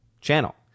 channel